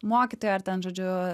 mokytoja ar ten žodžiu